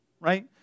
right